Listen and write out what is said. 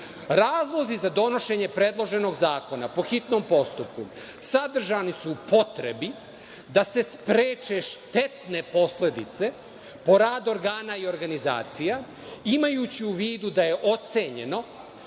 razlozi za donošenje predloženog zakona po hitnom postupku sadržani su u potrebi da se spreče štetne posledice po rad organa i organizacija, imajući u vidu da je ocenjeno